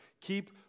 Keep